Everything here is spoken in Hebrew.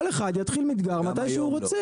כל אחד יתחיל מדגר מתי שהוא רוצה.